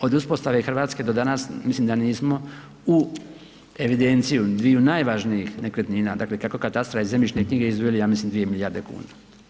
Od uspostave Hrvatske do danas mislim da nismo u evidenciju dviju najvažnijih nekretnina, dakle kako katastra i zemljišne knjige izdvojili ja mislim 2 milijarde kuna.